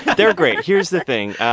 they're great. here's the thing.